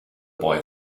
boy